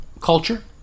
culture